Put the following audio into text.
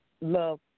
love